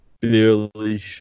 Barely